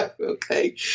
okay